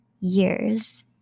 years